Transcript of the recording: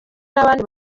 n’abandi